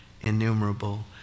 innumerable